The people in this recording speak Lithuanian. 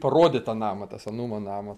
parodyt tą namą tą senumo namą